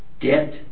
Debt